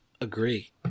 Agree